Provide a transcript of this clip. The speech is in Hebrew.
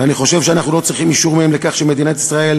ואני חושב שאנחנו לא צריכים אישור מהם לכך שמדינת ישראל